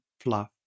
fluff